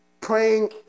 praying